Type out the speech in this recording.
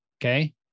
Okay